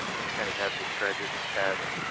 and kind of have described it in the past,